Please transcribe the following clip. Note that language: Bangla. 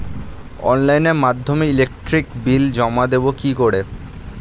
অনলাইনের মাধ্যমে ইলেকট্রিক বিল জমা দেবো কি করে?